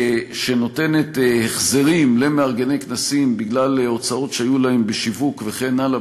שנותנת החזרים למארגני כנסים בגלל הוצאות שהיו להם בשיווק וכן הלאה,